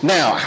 Now